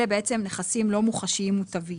אלה בעצם נכסים לא מוחשיים מוטבים.